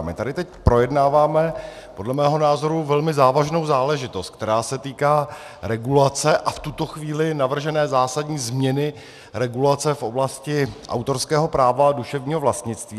My tady teď projednáváme podle mého názoru velmi závažnou záležitost, která se týká regulace, a v tuto chvíli navržené zásadní změny regulace v oblasti autorského práva a duševního vlastnictví.